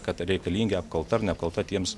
kad reikalingi apkalta apkalta tiems